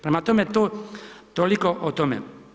Prema tome, toliko o tome.